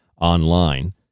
online